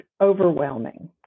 overwhelming